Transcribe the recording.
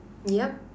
yup